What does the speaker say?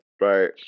Right